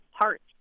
parts